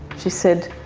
she said,